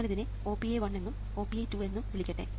ഞാൻ ഇതിനെ OPA1 എന്നും OPA2 എന്നും വിളിക്കട്ടെ